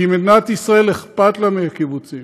כי מדינת ישראל, אכפת לה מהקיבוצים,